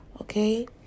Okay